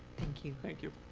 thank you. thank you.